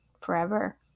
forever